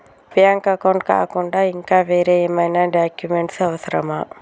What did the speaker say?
Bank account కాకుండా ఇంకా వేరే ఏమైనా డాక్యుమెంట్స్ అవసరమా?